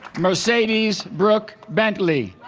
mercedes brooke bentley